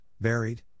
buried